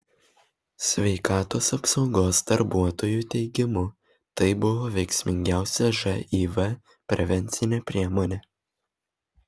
sveikatos apsaugos darbuotojų teigimu tai buvo veiksmingiausia živ prevencinė priemonė